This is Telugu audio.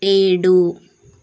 ఏడు